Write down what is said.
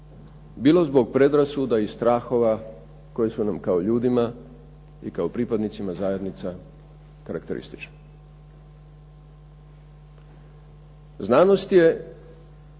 bilo zbog predrasuda i strahova koji su nam kao ljudima i kao pripadnicima zajednica karakteristični. Znanost je